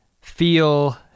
feel